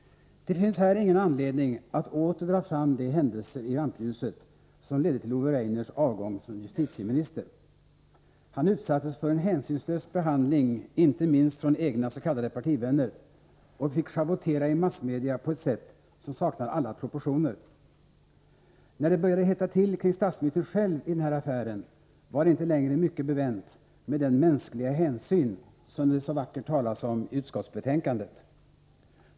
Det finns här ingen anledning att åter dra fram de händelser i rampljuset som ledde till Ove Rainers avgång som justitieminister. Han utsattes för en hänsynslös behandling, inte minst från egna s.k. partivänner, och fick schavottera i massmedia på ett sätt som saknar alla proportioner. När det började hetta till kring statsministern själv i den här affären var det inte längre mycket bevänt med den mänskliga hänsyn som det så vackert talas om iutskottsbetänkandet.